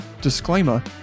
disclaimer